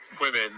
women